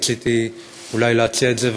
רציתי אולי להציע את זה,